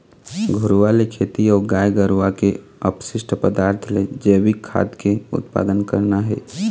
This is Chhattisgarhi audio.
घुरूवा ले खेती अऊ गाय गरुवा के अपसिस्ट पदार्थ ले जइविक खाद के उत्पादन करना हे